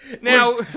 Now